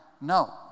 No